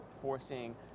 forcing